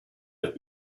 der